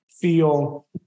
feel